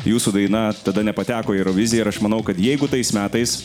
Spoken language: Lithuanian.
jūsų daina tada nepateko į euroviziją ir aš manau kad jeigu tais metais